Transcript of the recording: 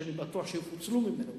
שאני בטוח שיפוצלו ממנו,